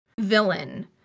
villain